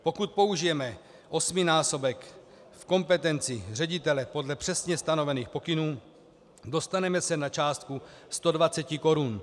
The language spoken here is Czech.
Pokud použijeme osminásobek v kompetenci ředitele podle přesně stanovených pokynů, dostaneme se na částku 120 korun.